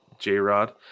J-Rod